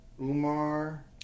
Umar